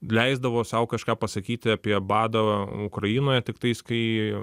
leisdavo sau kažką pasakyti apie badą ukrainoje tiktais kai